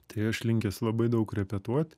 tai aš linkęs labai daug repetuot